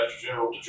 General